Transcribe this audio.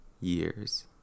years